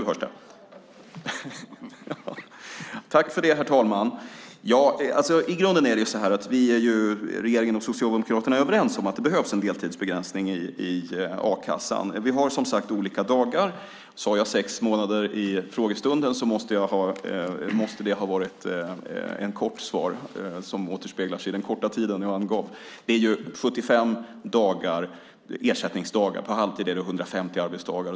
Herr talman! I grunden är regeringen och Socialdemokraterna överens om att det behövs en deltidsbegränsning i a-kassan. Vi har som sagt olika dagar. Om jag sade sex månader i frågestunden måste det ha varit något som återspeglades av den korta talartiden. Det är 75 dagar - på halvtid är det 150 arbetsdagar.